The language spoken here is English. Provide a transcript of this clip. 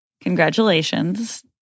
congratulations